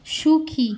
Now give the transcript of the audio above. সুখী